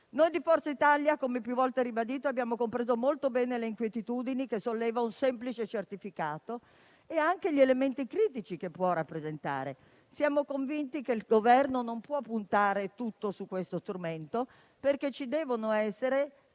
Noi di Forza Italia - come più volte ribadito - abbiamo compreso molto bene le inquietudini che solleva un semplice certificato e anche gli elementi critici che esso può rappresentare. Siamo convinti che il Governo non può puntare tutto su questo strumento, perché ci devono essere